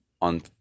on